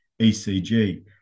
ECG